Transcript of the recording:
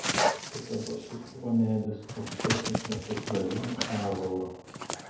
kitados jis buvo medis aukštesnis net už galiūną ąžuolą